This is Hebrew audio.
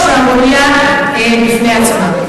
על-פי החוק, 60%. שערורייה בפני עצמה.